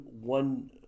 one